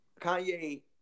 Kanye